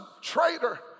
traitor